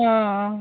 ହଁ